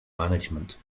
management